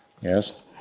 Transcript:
yes